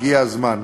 הגיע הזמן.